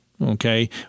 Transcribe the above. Okay